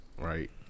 right